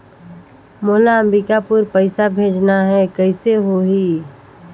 मोला अम्बिकापुर पइसा भेजना है, कइसे होही?